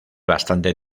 bastante